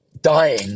dying